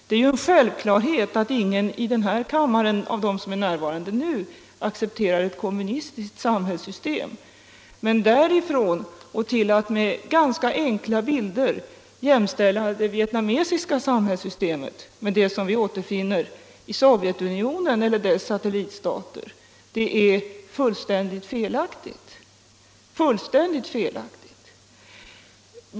Det är självklart att ingen av dem som är närvarande i kammaren accepterar ett kommunistiskt samhällssystem, men därifrån och till att med ganska enkla bilder jämställa det vietnamesiska samhälls systemet med det som vi återfinner i Sovjetunionen och dess satellitstater är steget långt — det är fullständigt felaktigt att göra det.